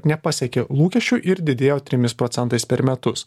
nepasiekė lūkesčių ir didėjo trimis procentais per metus